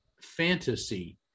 fantasy